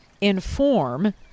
inform